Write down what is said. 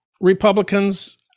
Republicans